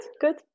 good